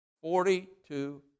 Forty-two